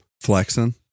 Flexing